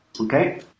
Okay